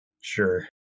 Sure